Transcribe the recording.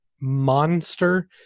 monster